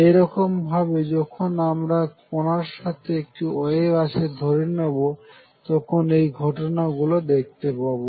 একই রকমভাবে যখন আমরা কনার সাথে একটি ওয়েভ আছে ধরে নেবো তখন এই ঘটনা গুলো দেখতে পাবো